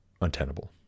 untenable